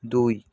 দুই